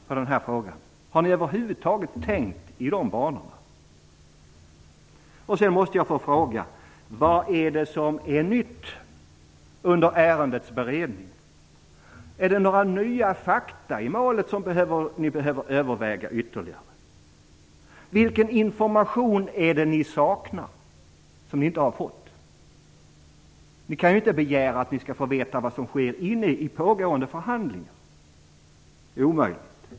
Har ni över huvud taget tänkt i de banorna? Sedan måste jag fråga: Vad nytt har kommit fram under ärendets beredning? Är det några nya fakta i målet som ytterligare behöver övervägas? Vilken information är det som ni saknar, som ni inte har fått? Ni kan ju inte begära att ni skall få veta vad som sker under pågående förhandlingar. Det är omöjligt.